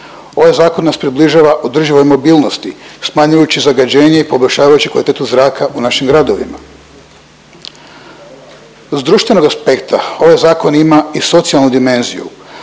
Ovaj zakon nas približava održivoj mobilnosti smanjujući zagađenje i poboljšavajući kvalitetu zraka u našim gradovima. S društvenog aspekta ova zakon ima i socijalnu dimenziju.